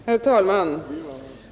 Herr talman!